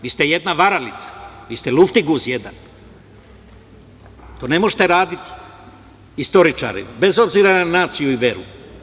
Vi ste jedna varalica, vi ste luftiguz jedan, to ne možete raditi istoričare, bez obzira na naciju i veru.